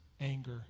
anger